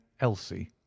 elsie